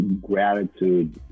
gratitude